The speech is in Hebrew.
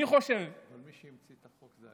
אני חושב, אבל מי שהמציא את החוק זה אתם.